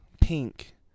pink